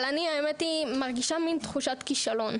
אבל אני, האמת היא, מרגישה מין תחושת כישלון,